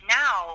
now